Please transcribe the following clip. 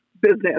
business